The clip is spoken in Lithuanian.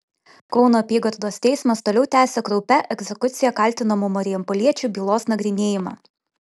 kauno apygardos teismas toliau tęsia kraupią egzekucija kaltinamų marijampoliečių bylos nagrinėjimą